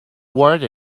worth